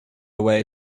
away